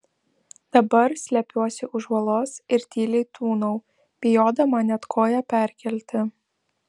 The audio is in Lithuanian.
dabar slepiuosi už uolos ir tyliai tūnau bijodama net koją perkelti